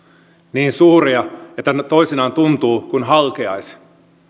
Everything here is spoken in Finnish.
niin suuria että toisinaan tuntuu kuin halkeaisi